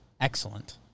Excellent